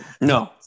no